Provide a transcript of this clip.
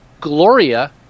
Gloria